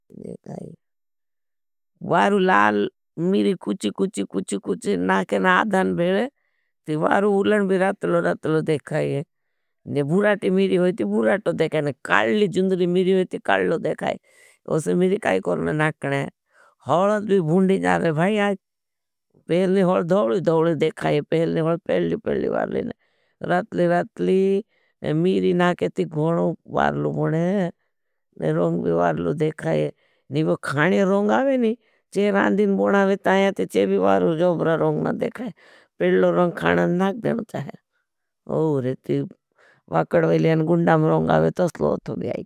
वारू लाल मीरी कुछी कुछी कुछी कुछी नाकेन आदान भेले। ती वारू उलन भी रातलो रातलो देखाये। ने बुराटी मीरी होईती बुराटो देखाये। ने काल्ली जुन्दली मीरी होईती काल्लो देखाये। ओसे मीरी काई कोरने नाकने। हलत भी भून्डी जागे भाई आज भेलनी हल धोड़ी धोड़ी देखाये भेलनी हल पेल्ली पेल्ली बारली रातली रातली मीरी नाके ती गोनो बारलो बोड़े ने रोंग भी बारलो देखाये। ने वो खाने रोंग आवे नहीं चे रांधीन बोड़ा आवे तायां ते चे भी बारलो जोबरा रोंग ना देखाये। पेल्लो रोंग खाने नाक देखाये। वाकड़ वैलियान गुंडाम रोंग आवे तो स्लोथ हो भी आये।